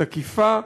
תקיפה.